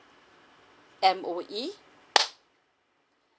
M_O_E